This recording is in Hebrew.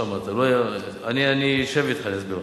אני אשב אתך ואסביר לך.